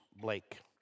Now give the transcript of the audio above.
Blake